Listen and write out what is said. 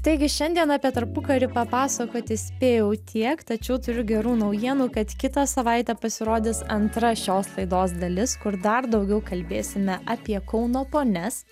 taigi šiandien apie tarpukarį papasakoti spėjau tiek tačiau turiu gerų naujienų kad kitą savaitę pasirodys antra šios laidos dalis kur dar daugiau kalbėsime apie kauno ponias